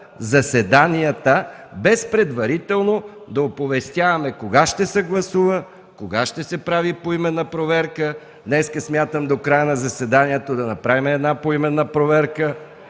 заседанията без предварително да оповестяваме кога ще се гласува, кога ще се прави поименна проверка. Днес смятам до края на заседанието да направим поименна проверка,